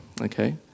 okay